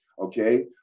okay